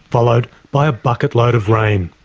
followed by a bucketload of rain.